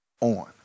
on